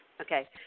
Okay